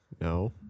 no